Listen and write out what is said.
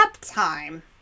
time